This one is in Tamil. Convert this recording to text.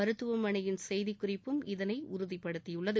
மருத்துவமனையின் செய்திக்குறிப்பும் இதனை உறுதிப்படுத்தியுள்ளது